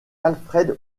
alfred